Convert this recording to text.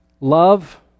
love